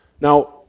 Now